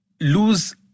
lose